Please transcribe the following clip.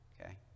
okay